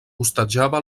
hostatjava